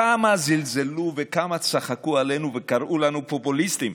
כמה זלזלו וכמה צחקו עלינו וקראו לנו "פופוליסטים",